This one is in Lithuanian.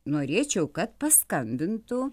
norėčiau kad paskambintų